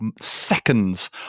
seconds